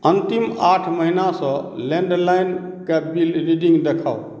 अंतिम आठ महिनासँ लैंडलाइनके बिल रीडिंग देखाउ